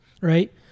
right